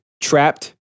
Trapped